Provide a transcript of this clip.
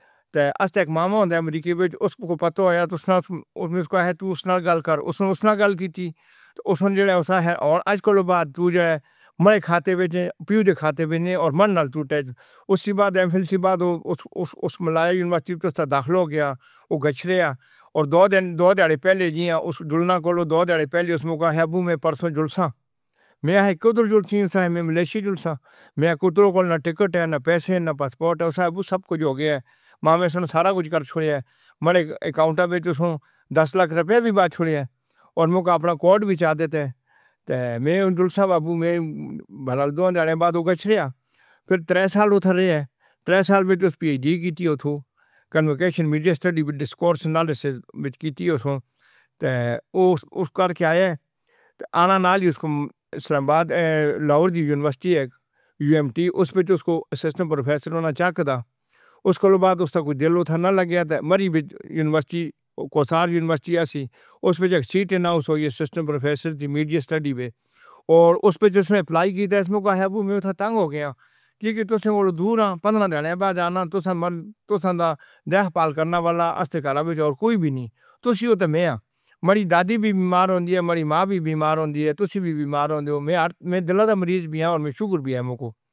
ماں ماڑی زندی اے اور ماڑی ماں نال بڑا پیار کردا اے، بڑا لاڈ کردا اے۔ میری ماں وی اس دی گل سندی ہے۔ تے! حلاں کے اسسی چار پتر آں ماو دے لیکن ماں اسسا دا اتنا مطلب اے کے ساڈا اتنا نی کردی اے، بھروسہ نی کردی جتنا اس اپنے پوترے دا کردی اے۔ اور پوترا وی اتنا وفادار اے کہ جدوں وی کوئی جلدہ اسلام آباد جلدہ اے یا باہر جلدہ اے، عموماً او امریکے جلدہ رہندا اے، امریکے کانفراساں تے جلدہ اے، ہور نے ملخاں جلدہ اے، ترے سال او ملیشیہ تے رہے آ اے، ترے سال وچ او اپنی دادی نال بڑا او اٹیچ رہے یا اے۔ مطلب ہے کے نال رہیا اے۔ او دادی دا بڑا خیال کردہ رہے آ اے۔ جس دی وجہ نال دادی دعا نال جو آج ایس پہنچ گیا، ورنہ اسسی لوگ، میں، غریب آدمی آں، کلرک آ ساں۔ عافان مائی ڈریم وچ کلرک آ ساں۔ اس کولوں باد میں ریٹائر ہویاں، فیر میں معزویں نے کوٹے وچ یونیورسٹی وچ بھرتی ہویاں، ہزاراں وے۔ اوتھے میں کوئی بارہ تیرا سال سروس کئیتی، اس دی باد میں ریٹائر ہو گیاں دو ہزار اٹھاراں میں۔ تے! میں نہ پڑھا سکدا سی اپنے بچے آ کو، لیکن ماڑی والدہ دی چونکے دعا سی، اوخ شوخ کر کے میں اسکو بڑا، اوکھے طریقے نال میں اسکے پڑھا لے آ۔ ایم فل کرا لے آ، ہزارہ تو گولڈ میڈ، گولڈ میڈل لیتا اوسوں۔ اور ایم فل اس نو جیڑا اے او اونی کیتا اسلامک یونیورسٹی اسلام آباد توں۔ اوتھوں اسنے کیتا اے، اوتھوں وی آسوں مطلب کے پہیلی پوزیشن کی دی۔ اس تو بعد اننے آخیا ابو میں جلداں باہر، ملیشہ وچ جلدہ ہوں، ملائی یونیورسٹی میں اس کی آخیا بچہ اسسی غریب آں اسسی اے کم نہ کر آختے آں اسساڈے کول اتنے پیسے نی، اسسے آخیا ابو میں جلداں آں تے تسسی میں کوئی پیسے ادھار شدھار کر کے دو، میں اسکو کوئی ادھار شدھار کر کے دیتا۔